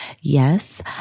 Yes